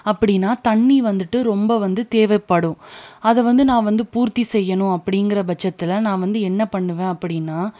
அப்படின்னா தண்ணி வந்துட்டு ரொம்ப வந்து தேவைப்படும் அதை வந்து நான் வந்து பூர்த்தி செய்யணும் அப்படிங்கிற பட்சத்தில் நான் வந்து என்ன பண்ணுவேன் அப்படின்னா